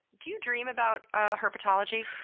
do you dream about ah herpetology?